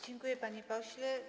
Dziękuję, panie pośle.